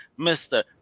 Mr